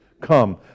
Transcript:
come